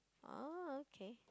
uh okay